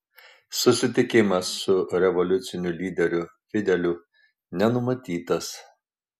susitikimas su revoliuciniu lyderiu fideliu nenumatytas